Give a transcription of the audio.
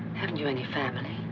haven't you any family?